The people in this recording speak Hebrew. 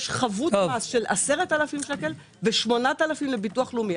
יש חבות מס של 10,000 שקל ו-8,000 לביטוח לאומי.